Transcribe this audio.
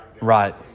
Right